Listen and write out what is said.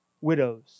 widows